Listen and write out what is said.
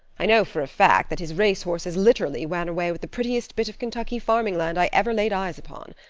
i know for a fact, that his race horses literally ran away with the prettiest bit of kentucky farming land i ever laid eyes upon.